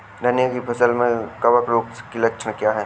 धनिया की फसल में कवक रोग के लक्षण क्या है?